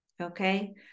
okay